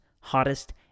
hottest